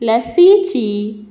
लसीची